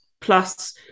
Plus